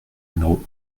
numéro